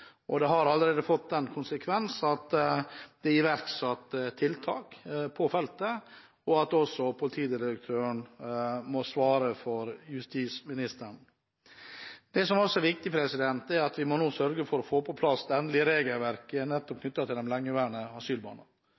umiddelbart. Det har allerede fått den konsekvens at det er iverksatt tiltak på feltet, og også at politidirektøren må svare for justisministeren. Det som også er viktig, er at vi nå må sørge for å få på plass det endelige regelverket knyttet til de lengeværende asylbarna.